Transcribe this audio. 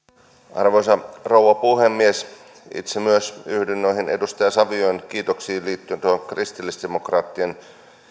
arvoisa rouva puhemies itse myös yhdyn noihin edustaja savion kiitoksiin liittyen tuohon kristillisdemokraattien